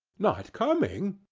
not coming!